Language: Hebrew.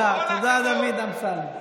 תודה, תודה, דוד אמסלם.